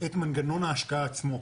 את מנגנון ההשקעה עצמו.